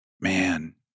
man